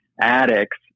addicts